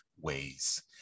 ways